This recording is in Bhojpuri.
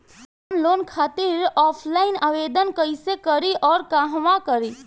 हम लोन खातिर ऑफलाइन आवेदन कइसे करि अउर कहवा करी?